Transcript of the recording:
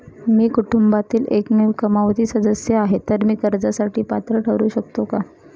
मी कुटुंबातील एकमेव कमावती सदस्य आहे, तर मी कर्जासाठी पात्र ठरु शकतो का?